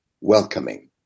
welcoming